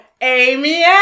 Amy